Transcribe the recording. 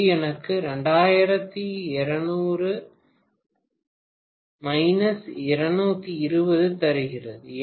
இது எனக்கு 2200 220 தருகிறது